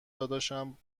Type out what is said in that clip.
داداشم